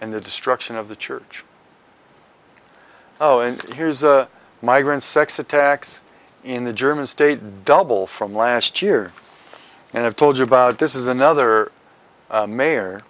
and the destruction of the church oh and here's a migrant sex attacks in the german state double from last year and i've told you about this is another mayor